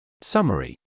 Summary